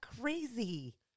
crazy